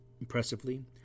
impressively